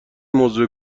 موضوع